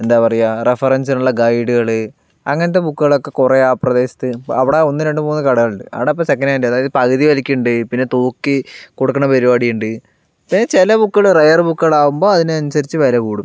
എന്താ പറയുക റഫറൻസിനുള്ള ഗൈഡുകൾ അങ്ങനത്തെ ബുക്കുകളൊക്കെ കുറേ ആ പ്രദേശത്ത് അവിടെ ഒന്ന് രണ്ട് മൂന്ന് കടകളുണ്ട് അവിടെ ഇപ്പോൾ സെക്കൻഡ് ഹാൻഡ് അതായത് പകുതി വിലയ്ക്ക് ഉണ്ട് പിന്നെ തൂക്കി കൊടുക്കണ പരിപാടിയുണ്ട് പിന്നെ ചില ബുക്കുകൾ റെയർ ബുക്കുകൾ ആകുമ്പോൾ അതിനനുസരിച്ച് വില കൂടും